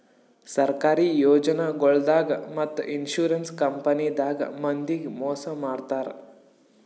ಸರ್ಕಾರಿ ಯೋಜನಾಗೊಳ್ದಾಗ್ ಮತ್ತ್ ಇನ್ಶೂರೆನ್ಸ್ ಕಂಪನಿದಾಗ್ ಮಂದಿಗ್ ಮೋಸ್ ಮಾಡ್ತರ್